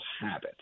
habit